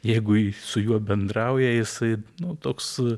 jeigu su juo bendrauja jisai nu toks